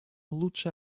лучше